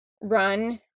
run